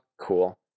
cool